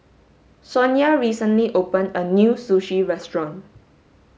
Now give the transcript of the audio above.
Sonya recently opened a new Sushi restaurant